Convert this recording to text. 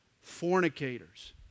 fornicators